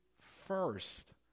first